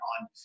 on